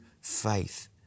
faith